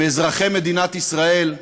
מאזרחי מדינת ישראל.